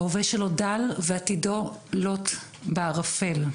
ההווה שלו דל ועתידו לוט בערפל.